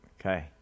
okay